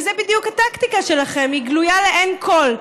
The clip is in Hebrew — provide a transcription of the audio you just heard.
וזו בדיוק הטקטיקה שלכם, היא גלויה לעין כול.